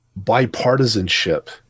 bipartisanship